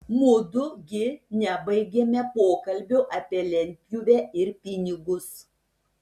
mudu gi nebaigėme pokalbio apie lentpjūvę ir pinigus